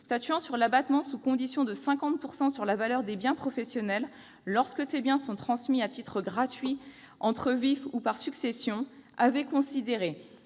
Statuant sur l'abattement de 50 %, sous conditions, sur la valeur des biens professionnels lorsque ces biens sont transmis à titre gratuit entre vifs ou par succession, le Conseil